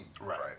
Right